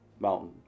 mountain